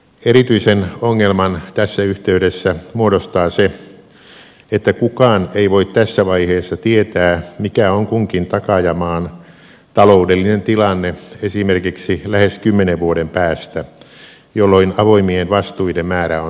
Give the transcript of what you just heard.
erityisen ongelman tässä yhteydessä muodostaa se että kukaan ei voi tässä vaiheessa tietää mikä on kunkin takaajamaan taloudellinen tilanne esimerkiksi lähes kymmenen vuoden päästä jolloin avoimien vastuiden määrä on suurimmillaan